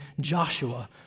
Joshua